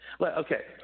Okay